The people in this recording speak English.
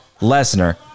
Lesnar